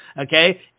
Okay